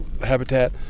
habitat